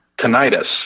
tinnitus